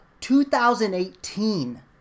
2018